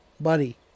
Buddy